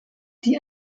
die